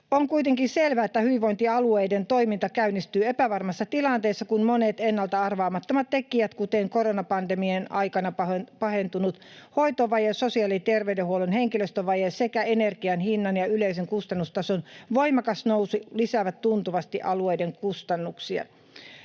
On kuitenkin selvää, että hyvinvointialueiden toiminta käynnistyy epävarmassa tilanteessa, kun monet ennalta arvaamattomat tekijät, kuten koronapandemian aikana pahentunut hoitovaje, sosiaali- ja terveydenhuollon henkilöstövaje sekä energian hinnan ja yleisen kustannustason voimakas nousu, lisäävät tuntuvasti alueiden kustannuksia.